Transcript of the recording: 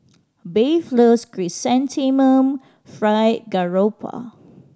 Bev loves Chrysanthemum Fried Garoupa